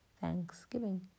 thanksgiving